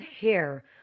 hair